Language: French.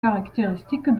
caractéristiques